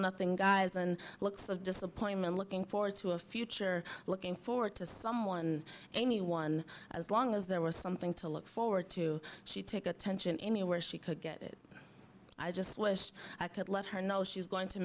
nothing guys and lots of disappointment looking forward to a future looking forward to someone anyone as long as there was something to look forward to she take attention anywhere she could get it i just wish i could let her know she's going to